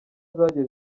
zagiye